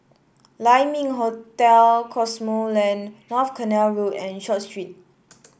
Lai Ming Hotel Cosmoland North Canal Road and Short Street